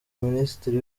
minisitiri